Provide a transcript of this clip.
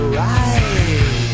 right